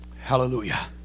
Hallelujah